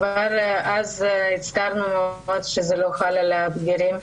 כבר אז הצטערנו מאוד שזה לא חל על הבגירים,